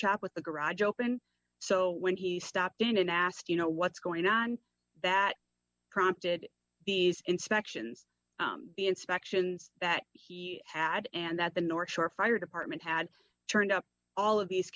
shop with the garage open so when he stopped and asked you know what's going on that prompted these inspections inspections that he had and that the north shore fire department had turned up all of these